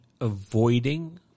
avoiding